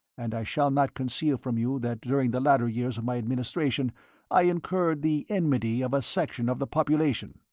and i shall not conceal from you that during the latter years of my administration i incurred the enmity of a section of the population.